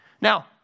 Now